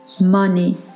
money